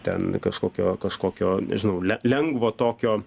ten kažkokio kažkokio nežinau le lengvo tokio